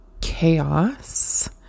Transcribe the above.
chaos